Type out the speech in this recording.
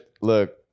look